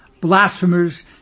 blasphemers